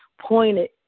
pointed